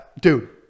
dude